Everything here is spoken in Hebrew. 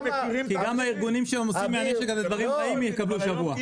גם הארגונים שעושים מהנשק הזה נשק חי, יקבלו שבוע.